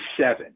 seven